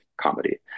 comedy